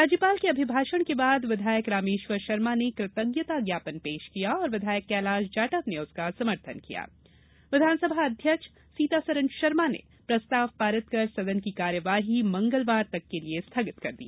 राज्यपाल के अभिभाषण के बाद विधायक रामेश्वर शर्मा ने कृतज्ञता ज्ञापन पेश किया और विधायक कैलाश जाटव ने उसका समर्थन किया विधानसभा अध्यक्ष सीतारमन शर्मा ने प्रस्ताव पारित कर सदन की कार्यवाही मंगलवार तक के लिए स्थगित कर दी